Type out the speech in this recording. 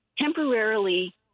temporarily